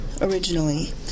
originally